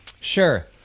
sure